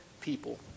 people